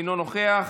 אינו נוכח,